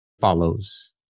follows